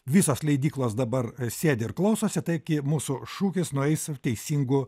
visos leidyklos dabar sėdi ir klausosi taigi mūsų šūkis nueis teisingu